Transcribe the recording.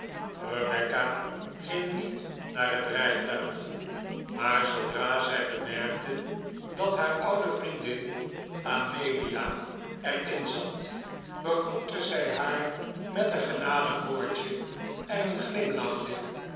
rebecca ging niet naar het rijtuig maar zoodra zij bemerkte dat haar oude vriendin amelia er in zat begroette zij haar met een genadig woordje en een glimlachje